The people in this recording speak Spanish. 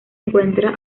encuentra